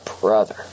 brother